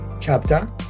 chapter